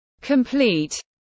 complete